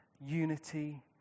unity